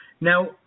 Now